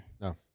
no